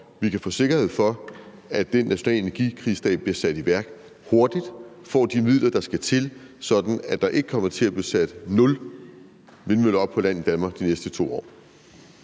vi kan få sikkerhed for, at den nationale energikrisestab bliver nedsat hurtigt og får de midler, der skal til, sådan at der ikke kommer til at blive sat nul vindmøller op på land i Danmark de næste 2 år.